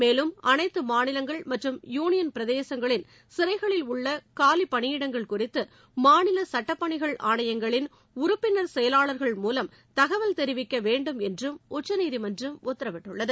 மேலும் அனைத்து மாநிலங்கள் மற்றும் யூனியன் பிரதேசங்களின் சிறைகளில் உள்ள காலி பணியிடங்கள் குறித்து மாநில சுட்டப் பணிகள் ஆணையங்களின் உறுப்பினர் செயலாளர்கள் மூலம் தகவல் தெரிவிக்க வேண்டும் என்றும் உச்சநீதிமன்றம் உத்தரவிட்டுள்ளது